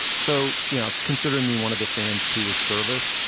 so you know consider me one of the fans who was serviced.